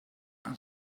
and